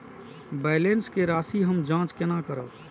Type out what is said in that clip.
Balance के राशि हम जाँच केना करब?